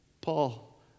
Paul